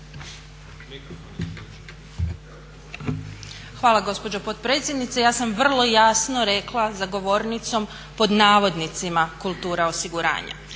Hvala gospođo potpredsjednice. Ja sam vrlo jasno rekla za govornicom pod navodnicima kultura osiguranja.